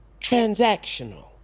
transactional